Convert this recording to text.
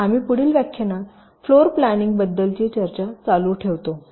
तर आम्ही पुढील व्याख्यानात फ्लोर प्लॅनिंग बद्दलची चर्चा चालू ठेवतो